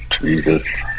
Jesus